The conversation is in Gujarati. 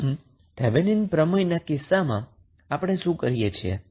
આમ થેવેનિન થિયરમના કિસ્સામાં આપણે શું કરીએ છીએ